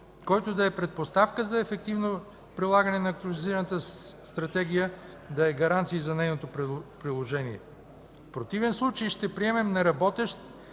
който да е предпоставка за ефективно прилагане на актуализираната Стратегия, да е гаранция за нейното приложение. В противен случай ще приемем неработещ,